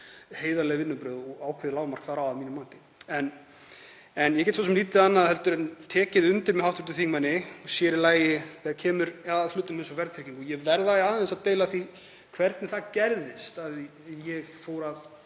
heiðarleg vinnubrögð og ákveðið lágmark að mínu mati. Ég get svo sem lítið annað en tekið undir með hv. þingmanni og sér í lagi þegar kemur að hlutum eins og verðtryggingu. Ég verð aðeins að deila því hvernig það gerðist að ég varð